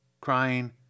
crying